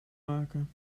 maken